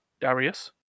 Darius